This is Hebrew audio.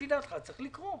בסדר,